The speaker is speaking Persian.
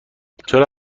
چرا